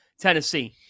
Tennessee